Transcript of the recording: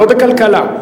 לא בכלכלה,